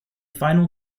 final